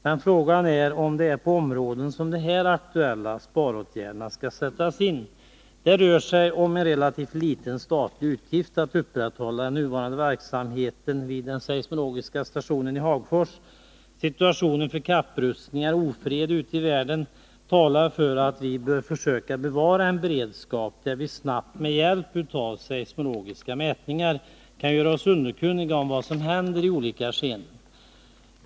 Men frågan är om det är på områden som det här som de aktuella sparåtgärderna skall sättas in. Det rör sig om en relativt liten statlig utgift då det gäller att upprätthålla den nuvarande verksamheten vid den seismologiska stationen i Hagfors. Situationen när det gäller kapprustningar och ofred ute i världen talar för att vi bör försöka bevara en beredskap där vi snabbt, med hjälp av seismologiska mätningar, kan göra oss underkunniga om vad som händer i olika sammanhang.